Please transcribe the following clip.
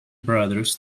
brothers